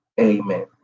Amen